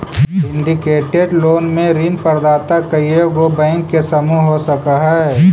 syndicated loan में ऋण प्रदाता कइएगो बैंक के समूह हो सकऽ हई